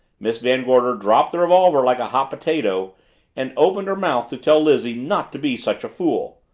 miss van gorder dropped the revolver like a hot potato and opened her mouth to tell lizzie not to be such a fool.